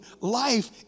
life